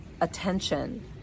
attention